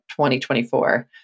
2024